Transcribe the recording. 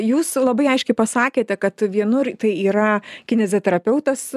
jūs labai aiškiai pasakėte kad vienur tai yra kineziterapeutas